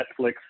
Netflix